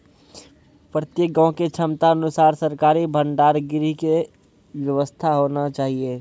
प्रत्येक गाँव के क्षमता अनुसार सरकारी भंडार गृह के व्यवस्था होना चाहिए?